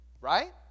Right